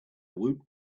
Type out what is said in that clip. woot